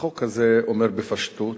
החוק הזה אומר בפשטות